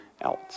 else